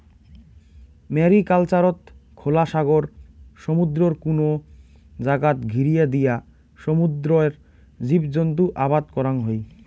ম্যারিকালচারত খোলা সাগর, সমুদ্রর কুনো জাগাত ঘিরিয়া দিয়া সমুদ্রর জীবজন্তু আবাদ করাং হই